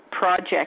project